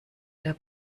der